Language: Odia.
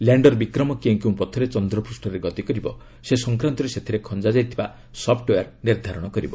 ଲ୍ୟାଣ୍ଡର ବିକ୍ରମ କେଉଁ କେଉଁ ପଥରେ ଚନ୍ଦ୍ରପୂଷ୍ଣରେ ଗତି କରିବ ସେ ସଂକ୍ରାନ୍ତରେ ସେଥିରେ ଖଞ୍ଜାଯାଇଥିବା ସଫ୍ଟଓୟାର ନିର୍ଦ୍ଧାରଣ କରିବ